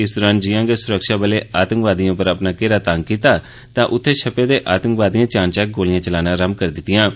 इस दरान जियां गै सुरक्षाबलें आतंकवादियें उप्पर अपना घेरा तंग कीता तां उत्थें छप्पे दे आतंकवादियें चानचक्क गै गोलिया चलाना रंभ करी दितिओं